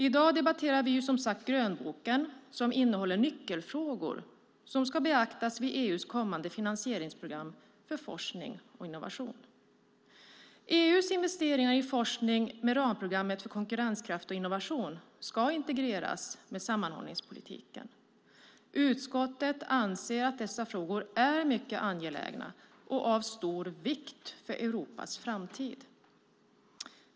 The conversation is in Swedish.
I dag debatterar vi som sagt grönboken som innehåller nyckelfrågor som ska beaktas vid EU:s kommande finansieringsprogram för forskning och innovation. EU:s investeringar i forskning med ramprogrammet för konkurrenskraft och innovation ska integreras med sammanhållningspolitiken. Utskottet anser att dessa frågor är mycket angelägna och av stor vikt för Europas framtid.